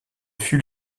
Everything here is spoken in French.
fut